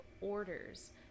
orders